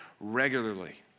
regularly